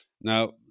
Now